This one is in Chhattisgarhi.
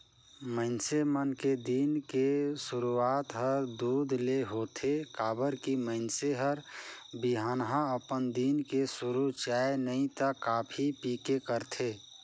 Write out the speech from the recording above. मइनसे मन के दिन के सुरूआत हर दूद ले होथे काबर की मइनसे हर बिहनहा अपन दिन के सुरू चाय नइ त कॉफी पीके करथे